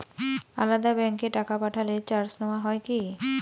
আলাদা ব্যাংকে টাকা পাঠালে চার্জ নেওয়া হয় কি?